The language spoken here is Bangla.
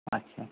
আচ্ছা